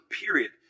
period